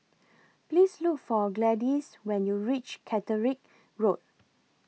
Please Look For Gladyce when YOU REACH Catterick Road